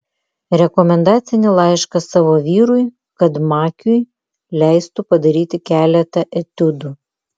rekomendacinį laišką savo vyrui kad makiui leistų padaryti keletą etiudų